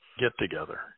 get-together